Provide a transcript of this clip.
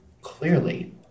clearly